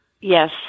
Yes